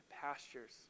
pastures